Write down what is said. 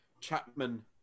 Chapman